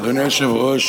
אדוני היושב-ראש,